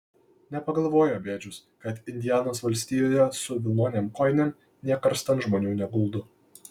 nepagalvojo bėdžius kad indianos valstijoje su vilnonėm kojinėm nė karstan žmonių neguldo